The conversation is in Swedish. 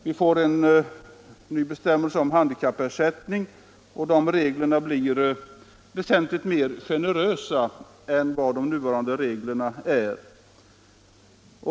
Vi får då nya regler för handikappersättning, och de reglerna blir väsentligt mer generösa än de nuvarande.